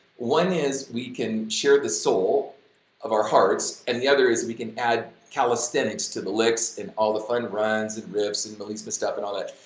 one is we can share the soul of our hearts and the other is we can add calisthenics to the licks and all the fun runs and riffs and melisma stuff and all that.